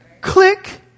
Click